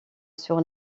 sur